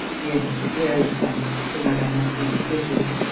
yes, very funny, said madame mergy, bitterly.